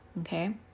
okay